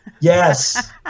Yes